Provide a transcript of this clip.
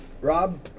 rob